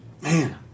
Man